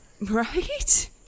Right